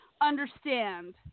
understand